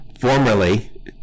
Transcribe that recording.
formerly